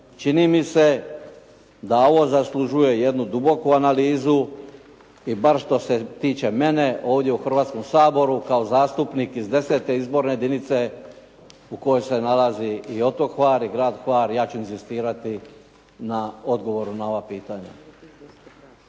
Čini mi se da ovo zaslužuje jednu duboku analizu i bar što se tiče mene ovdje u Hrvatskom saboru kao zastupnik iz 10. izborne jedinice u kojoj se nalazi i otok Hvar i grad Hvar, ja ću inzistirati na odgovoru na ova pitanja.